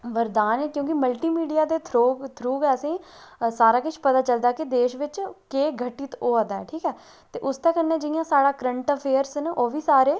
वरदान ऐ की के मल्टीमीडिया दे थ्रू गै सारा किश पता चलदा कि देश बिच केह् घटित होआ दा ऐ ठीक ऐ ते उसदे कन्नै साढ़ा जेह्ड़ा करंट अफेयर